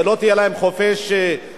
שלא יהיה להם חופש מחשבה,